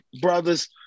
brothers